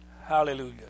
Hallelujah